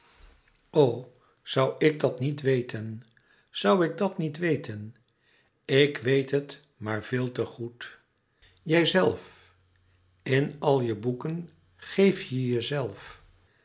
zoû ik dat niet weten zoû ik dat niet weten ik weet het maar veel te goed jijzelf in al je boeken geef je jezelf